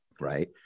right